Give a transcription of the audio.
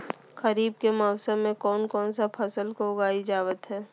खरीफ के मौसम में कौन कौन सा फसल को उगाई जावत हैं?